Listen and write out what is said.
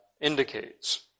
indicates